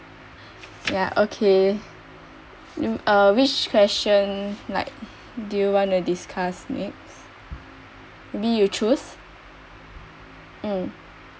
yeah okay um uh which question like do you wanna discuss next maybe you choose mm